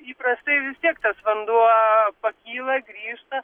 įprastai vis tiek tas vanduo pakyla grįžta